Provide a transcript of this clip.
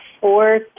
four